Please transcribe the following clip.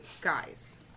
guys